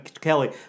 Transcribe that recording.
Kelly